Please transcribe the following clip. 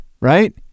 Right